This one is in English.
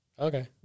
Okay